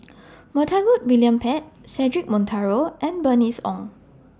Montague William Pett Cedric Monteiro and Bernice Ong